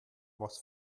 was